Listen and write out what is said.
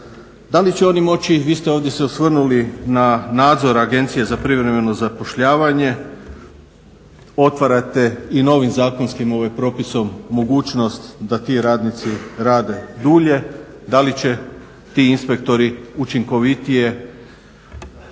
Da li će oni moći, vi ste ovdje se osvrnuli na nadzor Agencije za privremeno zapošljavanje otvarate i novim zakonskim propisom mogućnost da ti radnici rade dulje, da li će ti inspektori učinkovitije